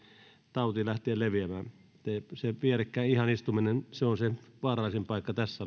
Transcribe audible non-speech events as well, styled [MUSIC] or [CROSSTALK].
tauti lähde leviämään ihan vierekkäin istuminen on se vaarallisin paikka tässä [UNINTELLIGIBLE]